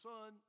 Son